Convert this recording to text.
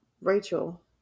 Rachel